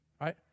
right